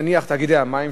נניח תאגידי המים,